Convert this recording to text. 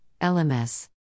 LMS